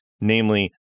namely